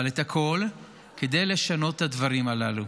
אבל את הכול, כדי לשנות את הדברים הללו.